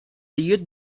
youth